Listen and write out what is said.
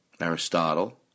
Aristotle